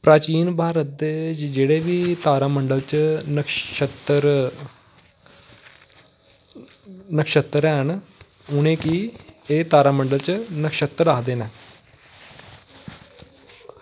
प्राचीन भारत जेह्ड़े बी तारामंडल च नक्षत्र नक्षत्र हैन उ'नें गी एह् तारामंडल च नक्षत्र आखदे न